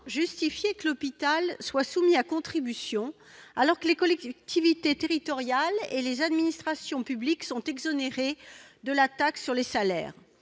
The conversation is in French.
justifier que l'hôpital public soit mis à contribution, alors que les collectivités territoriales et les administrations publiques sont exonérées de la taxe sur les salaires